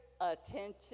attention